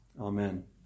Amen